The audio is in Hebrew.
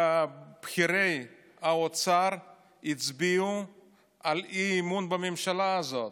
בכירי האוצר הצביעו אי-אמון בממשלה הזאת.